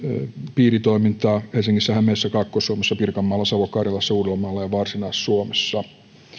piiritoimintaa helsingissä hämeessä kaakkois suomessa pirkanmaalla savo karjalassa uudellamaalla ja varsinais suomessa